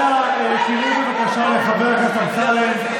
למען פוליטיקה קטנה ואינטרסים צרים.